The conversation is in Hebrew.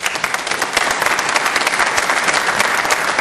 (מחיאות כפיים)